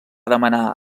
demanar